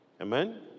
Amen